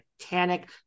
Titanic